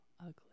ugly